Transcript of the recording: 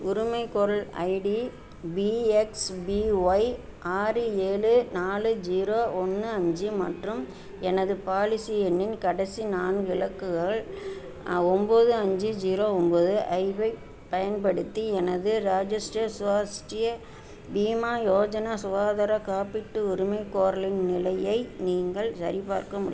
உரிமைகோரல் ID PXPY ஆறு ஏழு நாலு ஜீரோ ஒன்று அஞ்சு மற்றும் எனது பாலிசி எண்ணின் கடைசி நான்கு இலக்குகள் ஒன்போது அஞ்சு ஜீரோ ஒன்போது ஐப் பயன்படுத்தி எனது ராஜஷ்டிரிய ஸ்வஸ்டிய பீமா யோஜனா சுகாதார காப்பீட்டு உரிமைகோரலின் நிலையை நீங்கள் சரிபார்க்க முடியுமா